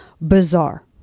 bizarre